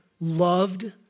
loved